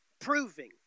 proving